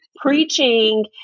preaching